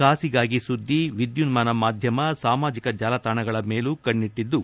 ಕಾಸಿಗಾಗಿ ಸುದ್ದಿ ವಿದ್ಯುನ್ನಾನ ಮಾದ್ಯಮ ಸಾಮಾಜಿಕ ಜಾಲತಾಣಗಳ ಮೇಲೂ ಕಣ್ಣೆಟ್ಟದ್ದು